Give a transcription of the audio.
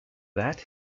that